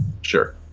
Sure